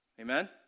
Amen